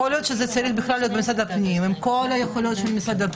יכול להיות שזה צריך להיות בכלל במשרד הפנים עם כל היכולות שלו.